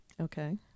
Okay